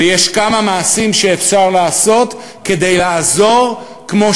ויש כמה מעשים שאפשר לעשות כדי לעזור כמו